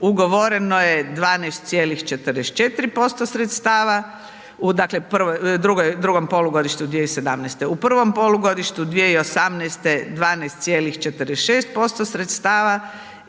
ugovoreno je 12,44% sredstava, dakle u drugom polugodištu 2017. U prvom polugodištu 2018. 12,46% sredstava